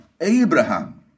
Abraham